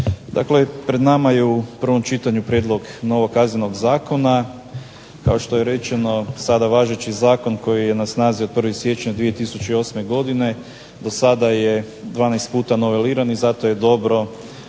Dakle, pred nama je u prvom čitanju prijedlog novog Kaznenog zakona. Kao što je rečeno sada važeći zakon koji je na snazi od 1. siječnja 2008. godine dosada je 12 puta noveliran i zato je dobro,